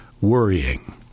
worrying